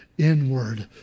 inward